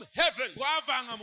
heaven